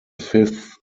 fifth